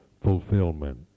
fulfillment